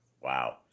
Wow